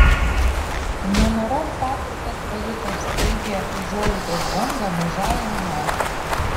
nenorom patrikas pajuto staigią užuojautos bangą mažajam janui